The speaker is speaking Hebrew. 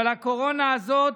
אבל הקורונה הזאת